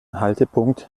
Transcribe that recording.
haltepunkt